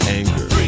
anger